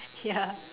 ya